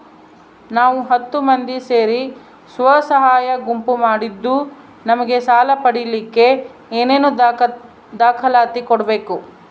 ನಾವು ಹತ್ತು ಮಂದಿ ಸೇರಿ ಸ್ವಸಹಾಯ ಗುಂಪು ಮಾಡಿದ್ದೂ ನಮಗೆ ಸಾಲ ಪಡೇಲಿಕ್ಕ ಏನೇನು ದಾಖಲಾತಿ ಕೊಡ್ಬೇಕು?